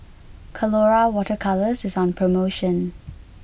Colora water colours is on promotion